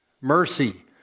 mercy